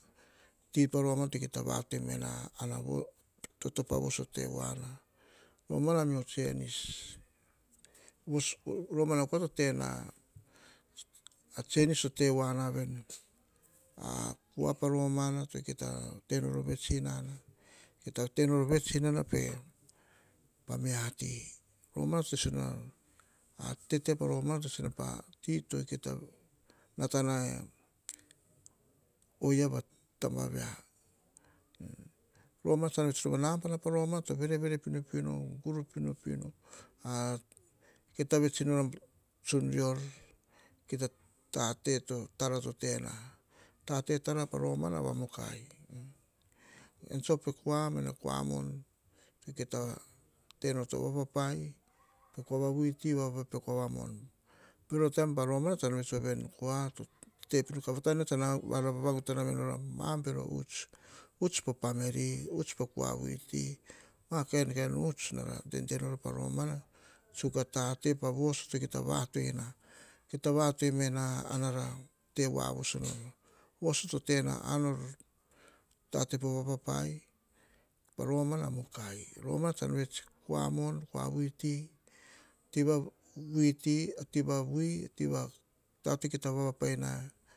Ti pa romana to kita vatai mena toto pa voso tevoa na romana o mio chenis. Romana to tena chenis to te voana veni. Kuo po romana to kita te nor o vets inana kita tenor o vets nana pa mia ti. rmana to te sisio na tete romana te te sisio na na ti kita nata, oyia a taba via. Romana tsan vets nom a naboma pa romana to vere pinopino, gur pinopino. Kita vets inoma nor a tsion rior, kita tate tara to tena. Tate tara poromana va mukai eam tsa op okua, kua mon, kita vapapai kua va vuiti, voa pe kua va mon, kito vapapai. Kua va vuiti, va pekua va mon bero taim paromoma e kua to tei pinopino ka vata ne voa veni, tsara vavang tana me nor a ma bero huts, huts po family huts po koa vuiti ma kainkain huts nara dede nora po romana tsuk a tate pa voo to kita vatoina kita vatoina nara te voa voso nara voso to tena ar po vapapai pa romana va mukai romana tsam vets kua mon, kua vuiti tiva vuiti, tiva vuiti, tiva vui, kita vapapai na.